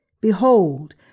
Behold